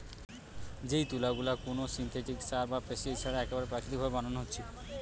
যেই তুলা গুলা কুনো সিনথেটিক সার বা পেস্টিসাইড ছাড়া একেবারে প্রাকৃতিক ভাবে বানানা হচ্ছে